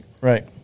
Right